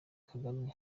kagame